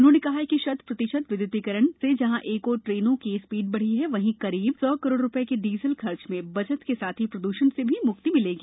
उन्होंने कहा कि शत प्रतिशत विद्य्तीकरण करण से जहां एक ओर ट्रेनों की स्पीड बढ़ी है वहीं करीब सौं करोड़ रुपए के डीजल खर्च में बचत के साथ ही प्रदूषण से भी मुक्ति मिलेगी